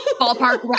ballpark